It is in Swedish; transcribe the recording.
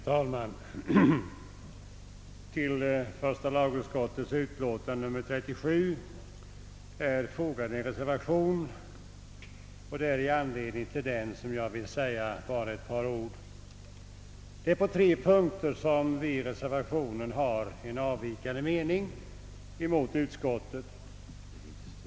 Herr talman! Till första lagutskottets utlåtande nr 37 är fogad en reservation, och det är i anslutning till den jag vill säga ett par ord. Det är på tre punkter vi reservanter har en avvikande mening mot utskottet.